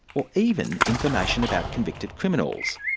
or even information about convicted criminals.